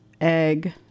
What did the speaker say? egg